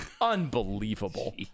Unbelievable